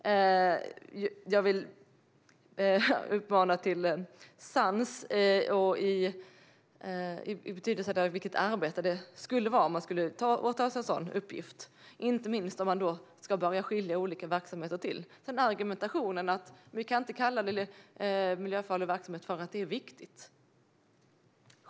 Jag vill uppmana till sans med tanke på det arbete som det skulle innebära att åta sig en sådan uppgift, inte minst om man ska börja att skilja på olika verksamheter. Det argumenteras för att jordbruket inte kan kallas för miljöfarlig verksamhet, eftersom verksamheten är viktig.